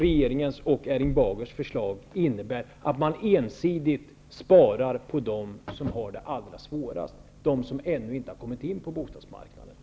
Regeringens och Erling Bagers förslag innebär däremot att man ensidigt sparar på dem som har det allra svårast, att besparingarna går ut över dem som ännu inte har kommit in på bostadsmarknaden.